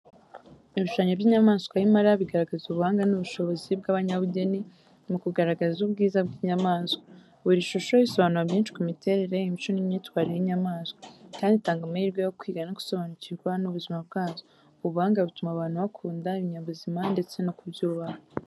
Ibishushanyo by’inyamaswa y’impara bigaragaza ubuhanga n’ubushobozi bw’abanyabugeni mu kugaragaza ubwiza bw’inyamaswa. Buri shusho isobanura byinshi ku miterere, imico n’imyitwarire y'inyamaswa, kandi itanga amahirwe yo kwiga no gusobanukirwa n'ubuzima bwazo. Ubu buhanga butuma abantu bakunda ibinyabuzima ndetse no kubyubaha.